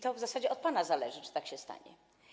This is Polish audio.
To w zasadzie od pana zależy, czy tak się stanie.